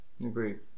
Agreed